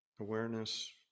awareness